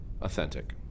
authentic